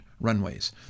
runways